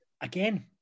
Again